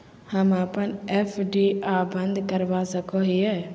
हम अप्पन एफ.डी आ बंद करवा सको हियै